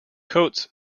coats